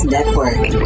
Network